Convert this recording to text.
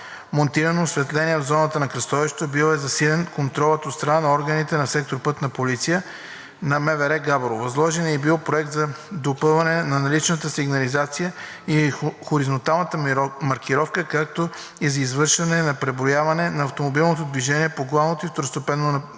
монтирано осветление в зоната на кръстовището, бил е засилен контролът от страна на органите на сектор „Пътна полиция“ на МВР – Габрово. Възложен е и проект за допълване на наличната сигнализация и хоризонталната маркировка, както и за извършване на преброяване на автомобилното движение по главното и второстепенното направление.